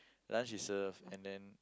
lunch is served and then